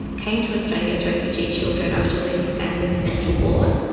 came to australia as refugee children after losing family members to war,